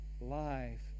life